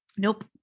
Nope